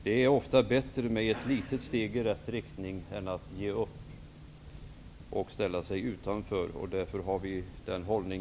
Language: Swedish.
Det är ofta bättre att ta ett litet steg i rätt riktning än att ge upp och ställa sig utanför. Därför intar vi denna hållning.